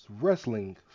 wrestling